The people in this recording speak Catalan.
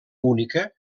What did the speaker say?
única